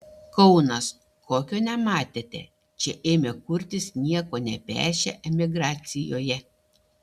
kaunas kokio nematėte čia ėmė kurtis nieko nepešę emigracijoje